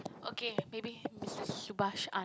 okay maybe Mister-Subhas-An~